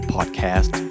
Podcast